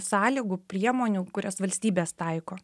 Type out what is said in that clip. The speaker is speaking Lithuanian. sąlygų priemonių kurias valstybės taiko